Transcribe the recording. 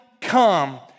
come